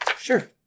Sure